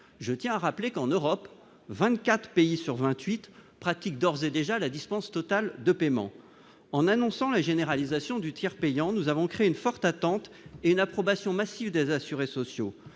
je tiens à rappeler qu'en Europe, 24 pays sur 28 pratique d'ores et déjà la dispense totale de paiement en annonçant la généralisation du tiers payant, nous avons créé une forte attente une approbation massive des assurés sociaux,